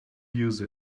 use